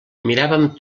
miràvem